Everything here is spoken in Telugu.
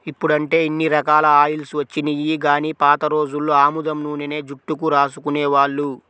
ఇప్పుడంటే ఇన్ని రకాల ఆయిల్స్ వచ్చినియ్యి గానీ పాత రోజుల్లో ఆముదం నూనెనే జుట్టుకు రాసుకునేవాళ్ళు